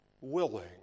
willing